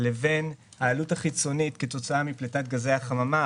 לבין העלות החיצונית כתוצאה מפליטת גזי החממה.